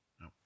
no